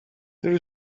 there